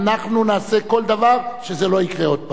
אנחנו נעשה כל דבר שזה לא יקרה עוד פעם.